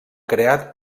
creat